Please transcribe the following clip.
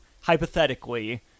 Hypothetically